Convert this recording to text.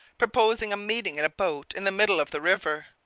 proposing a meeting in a boat in the middle of the river.